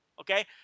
Okay